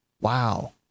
Wow